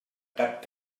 cap